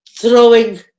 throwing